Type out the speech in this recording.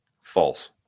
False